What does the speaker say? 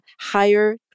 higher